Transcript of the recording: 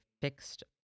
fixed